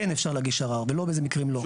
כן אפשר להגיש ערר, ולא באיזה מקרים לא.